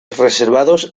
reservados